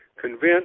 convinced